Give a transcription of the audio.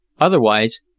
otherwise